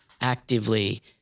actively